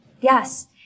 Yes